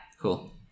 Cool